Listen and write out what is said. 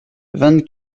vingt